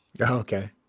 okay